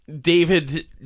David